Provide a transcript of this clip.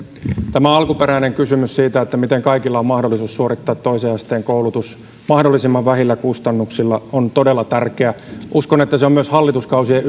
tämä alkuperäinen kysymys siitä miten kaikilla pitäisi olla mahdollisuus suorittaa toisen asteen koulutus mahdollisimman vähillä kustannuksilla on todella tärkeä uskon että se on myös hallituskausien